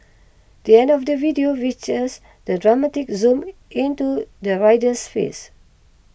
the end of the video features the dramatic zoom into the rider's face